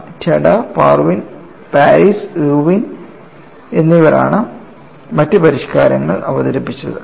ടഡ Paris Irwin എന്നിവരാണ് മറ്റ് പരിഷ്കാരങ്ങൾ അവതരിപ്പിച്ചത്